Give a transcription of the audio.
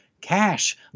cash